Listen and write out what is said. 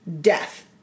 death